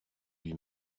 lui